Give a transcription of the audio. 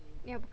yup